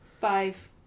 Five